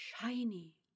shiny